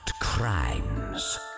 crimes